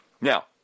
now